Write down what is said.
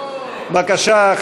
בבקשה,